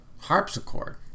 Harpsichord